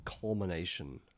culmination